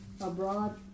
abroad